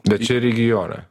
bet čia regione